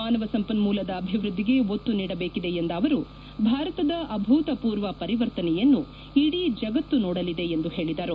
ಮಾನವ ಸಂಪನ್ಮೂಲದ ಅಭಿವೃದ್ಧಿಗೆ ಒತ್ತು ನೀಡಬೇಕಿದೆ ಎಂದ ಅವರು ಭಾರತದ ಅಭೂತರೂರ್ವ ಪರಿವರ್ತನೆಯನ್ನು ಇಡೀ ಜಗತ್ತು ನೋಡಲಿದೆ ಎಂದು ಹೇಳಿದರು